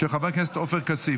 של חבר הכנסת עופר כסיף.